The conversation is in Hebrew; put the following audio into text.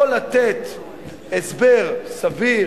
או שהוא נותן הסבר סביר,